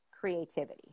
creativity